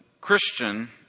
Christian